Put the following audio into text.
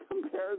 Compare